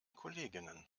kolleginnen